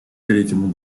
третьему